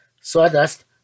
sawdust